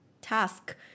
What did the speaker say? task